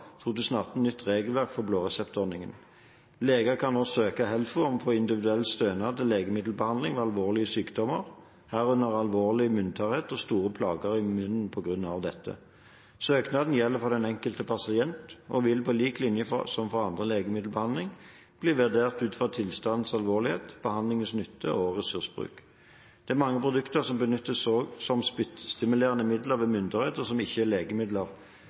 2018 av nytt regelverk for blåreseptordningen. Leger kan nå søke Helfo om å få individuell stønad til legemiddelbehandling ved alvorlige sykdommer, herunder alvorlig munntørrhet og store plager i munnen på grunn av dette. Søknaden gjelder for den enkelte pasient og vil på lik linje som for annen legemiddelbehandling bli vurdert ut fra tilstandens alvorlighet, behandlingens nytte og ressursbruk. Det er mange produkter som benyttes som spyttstimulerende midler ved munntørrhet, og som ikke er legemidler.